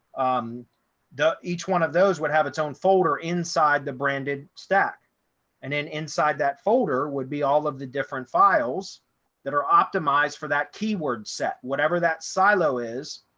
um the each one of those would have its own folder inside the branded stack and then inside that folder would be all of the different files that are optimized for that keyword set, whatever that silo is,